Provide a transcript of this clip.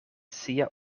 sia